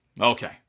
okay